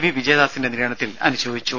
V വിജയദാസിന്റെ നിര്യാണത്തിൽ അനുശോചിച്ചു